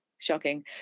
shocking